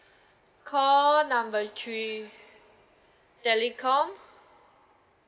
call number three telecom hmm